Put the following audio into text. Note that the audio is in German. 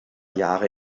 jahre